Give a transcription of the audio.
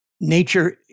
nature